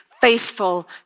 faithful